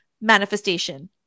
manifestation